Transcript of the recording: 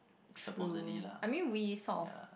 true I mean we sort of